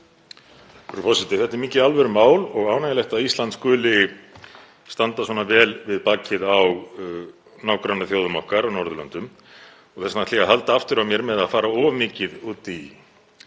Þetta er mikið alvörumál og ánægjulegt að Ísland skuli standa svona vel við bakið á nágrannaþjóðum okkar á Norðurlöndum og þess vegna ætla ég að halda aftur af mér með að fara of mikið út í